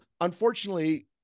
Unfortunately